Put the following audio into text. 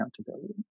accountability